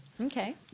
Okay